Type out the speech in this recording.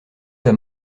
donc